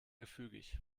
gefügig